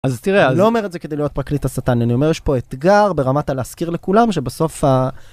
אז תראה, אני לא אומר את זה כדי להיות פרקליט השטן, אני אומר שפה אתגר ברמת להזכיר לכולם שבסוף ה...